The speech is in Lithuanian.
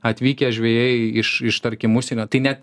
atvykę žvejai iš iš tarkim užsienio tai net